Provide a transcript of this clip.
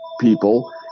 people